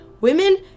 Women